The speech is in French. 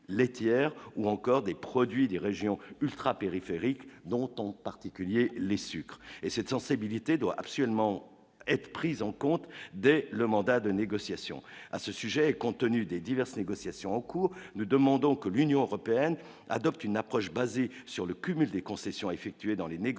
ou encore des produits des régions ultrapériphériques dont on particulier les sucres et cette sensibilité doit absolument être pris en compte dès le mandat de négociation à ce sujet et contenu des diverses négociations en cours, nous demandons que l'Union européenne adopte une approche basée sur le cumul des concessions effectuées dans les négociations,